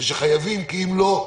וחייבים כי אם לא,